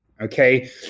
okay